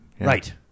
Right